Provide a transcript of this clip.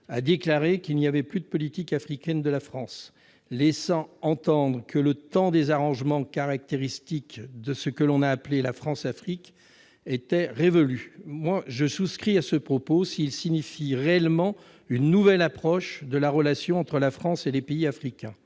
a déclaré qu'il n'y avait plus de politique africaine de la France, laissant entendre que le temps des arrangements caractéristiques de ce que l'on a appelé la Françafrique était révolu. Je souscris à ce propos s'il signifie réellement une nouvelle approche de la relation entre la France et les pays africains.